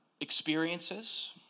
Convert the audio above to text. experiences